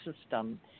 system